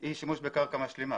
הוא שימוש בקרקע משלימה.